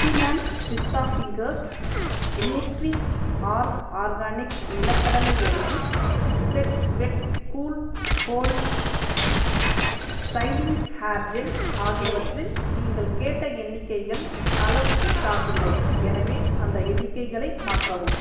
Cookieman pista fingers Nutriorg organic நிலக்கடலை எண்ணெய் Set Wet cool hold styling hair gel ஆகியவற்றில் நீங்கள் கேட்ட எண்ணிக்கைகள் அளவுக்கு ஸ்டாக் இல்லை எனவே அந்த எண்ணிக்கைகளை மாற்றவும்